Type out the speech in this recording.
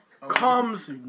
Comes